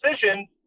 decision